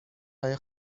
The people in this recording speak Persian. های